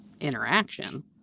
interaction